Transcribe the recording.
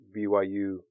BYU